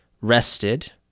rested